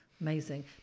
Amazing